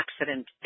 accident